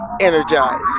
Energize